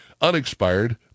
unexpired